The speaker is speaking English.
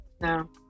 no